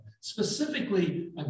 specifically